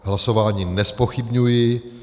Hlasování nezpochybňuji.